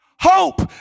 Hope